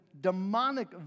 demonic